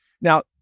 Now